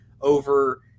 over